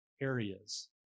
areas